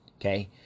okay